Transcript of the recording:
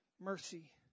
mercy